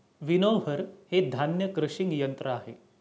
winnower हे धान्य crushing यंत्र आहे